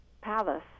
palace